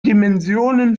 dimensionen